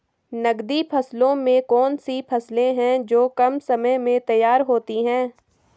नकदी फसलों में कौन सी फसलें है जो कम समय में तैयार होती हैं?